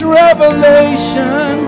revelation